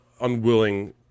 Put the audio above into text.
unwilling